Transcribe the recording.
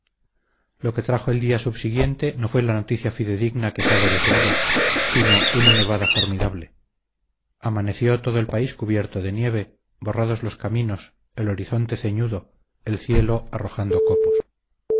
lo que trajo el día subsiguiente no fue la noticia fidedigna que fago deseaba sino una nevada formidable amaneció todo el país cubierto de nieve borrados los caminos el horizonte ceñudo el cielo arrojando copos